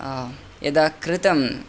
यदा कृतम्